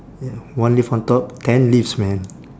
ya one lift on top ten lifts man